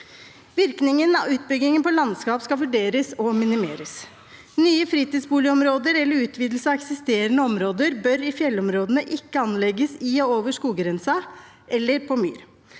Virkningen av utbyggingen på landskap skal vurderes og minimeres. Nye fritidsboligområder eller utvidelse av eksisterende områder bør i fjellområdene ikke anlegges i og over skoggrensen eller på myr.